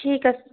ঠিক আছে